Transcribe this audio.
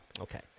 okay